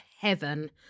heaven